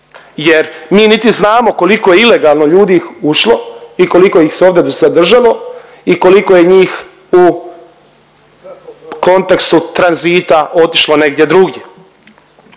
jer mi niti znamo koliko je ilegalno ljudi ušlo i koliko ih se ovdje dosad zadržalo i koliko je njih u kontekstu tranzita otišlo negdje drugdje.